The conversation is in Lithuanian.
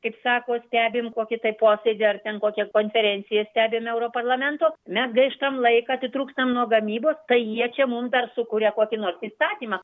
kaip sako stebim kokį tai posėdį ar ten kokią konferenciją stebim europarlamento mes gaištam laiką atitrūkstam nuo gamybos tai jie čia mums dar sukuria kokį nors įstatymą